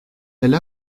elle